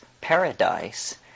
paradise